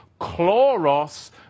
chloros